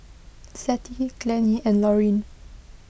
Zettie Glennie and Lorene